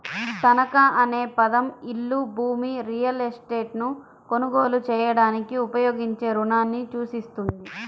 తనఖా అనే పదం ఇల్లు, భూమి, రియల్ ఎస్టేట్లను కొనుగోలు చేయడానికి ఉపయోగించే రుణాన్ని సూచిస్తుంది